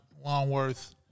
Longworth